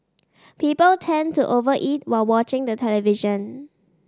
people tend to over eat while watching the television